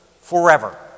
forever